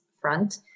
front